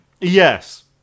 Yes